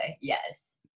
yes